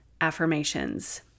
affirmations